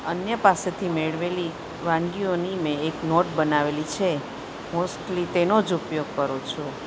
અન્ય પાસેથી મેળવેલી વાનગીઓની મેં એક નોટ બનાવેલી છે મોસ્ટલી તેનો જ ઉપયોગ કરું છું